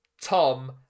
Tom